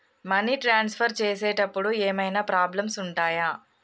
Money transfer చేసేటప్పుడు ఏమైనా problems ఉంటయా?